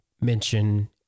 mention